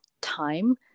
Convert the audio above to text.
time